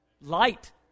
Light